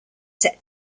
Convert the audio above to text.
set